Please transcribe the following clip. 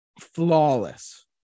flawless